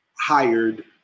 hired